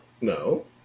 no